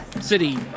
city